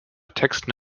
texten